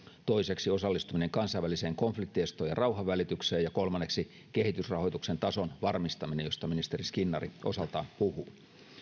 toiseksi osallistuminen kansainväliseen konfliktinestoon ja rauhanvälitykseen ja kolmanneksi kehitysrahoituksen tason varmistaminen josta ministeri skinnari osaltaan puhuu